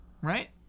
Right